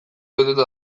beteta